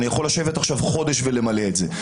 אני יכול לשבת עכשיו חודש ולמלא את זה.